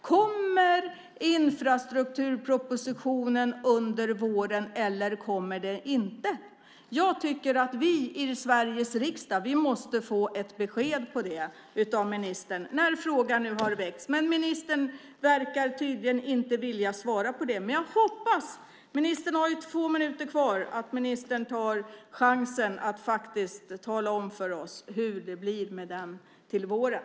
Kommer infrastrukturpropositionen under våren eller kommer den inte? Jag tycker att vi i Sveriges riksdag måste få ett besked om det av ministern när frågan nu har väckts. Ministern verkar tydligen inte vilja svara på den. Men jag hoppas! Ministern har två minuter kvar att ta chansen att tala om för oss hur det blir med den till våren.